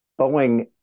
Boeing